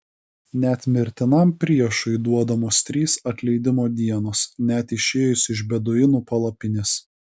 net mirtinam priešui duodamos trys atleidimo dienos net išėjus iš beduinų palapinės